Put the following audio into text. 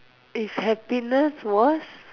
if happiness was